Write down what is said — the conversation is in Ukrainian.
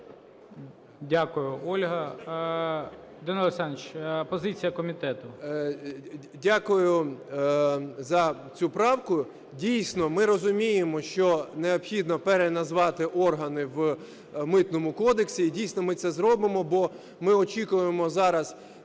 Дякую, Ольго. Данило Олександрович, позиція комітету. 16:17:14 ГЕТМАНЦЕВ Д.О. Дякую за цю правку. Дійсно, ми розуміємо, що необхідно переназвати органи в Митному кодексі і, дійсно, ми це зробимо. Бо ми очікуємо зараз